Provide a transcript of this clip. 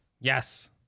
Yes